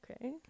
okay